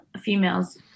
females